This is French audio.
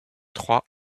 trois